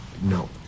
no